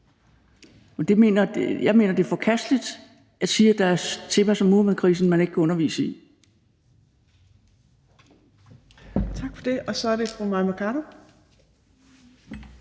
Jeg mener, det er forkasteligt at sige, at der er temaer som Muhammedkrisen, man ikke kan undervise i.